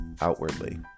outwardly